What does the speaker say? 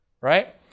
right